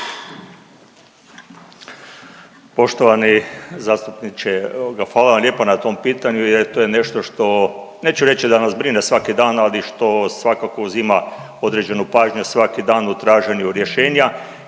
Poštovani zastupniče ovoga, hvala vam lijepa na tom pitanju jer to je nešto što neću reći da nas brine svaki dan, ali što svakako uzima određenu pažnju svaki dan u traženju rješenja.